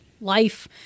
life